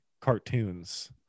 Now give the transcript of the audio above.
cartoons